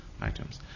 items